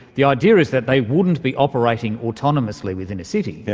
the idea is that they wouldn't be operating autonomously within a city.